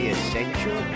Essential